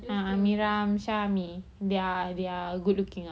ah amirah amsyar ami they are they are good looking ah